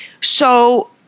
So-